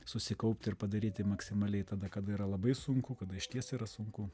susikaupti ir padaryti maksimaliai tada kada yra labai sunku kada išties yra sunku